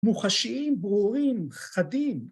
‫מוחשיים, ברורים, חדים.